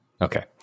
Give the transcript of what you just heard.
Okay